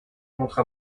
montre